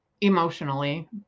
emotionally